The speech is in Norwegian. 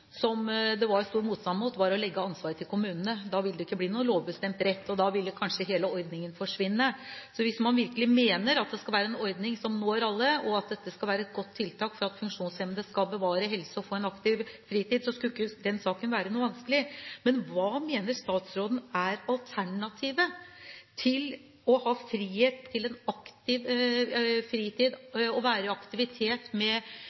som det var stor motstand mot, var å legge ansvaret til kommunene. Da ville det ikke bli noen lovbestemt rett, og da ville kanskje hele ordningen forsvinne. Så hvis man virkelig mener at det skal være en ordning som når alle, og at dette skal være et godt tilbud for at funksjonshemmede skal bevare helse og få en aktiv fritid, skulle ikke den saken være noe vanskelig. Men hva mener statsråden er alternativet til å ha frihet til en aktiv fritid, til å være i aktivitet med